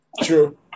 True